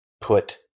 put